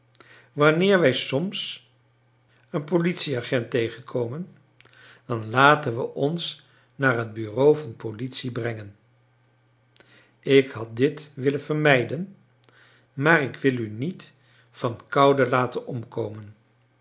wanneer wij soms een politieagent tegenkomen dan laten we ons naar het bureau van politie brengen ik had dit willen vermijden maar ik wil u niet van koude laten omkomen